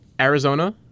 Arizona